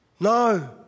No